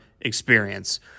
experience